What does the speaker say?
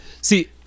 see